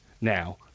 now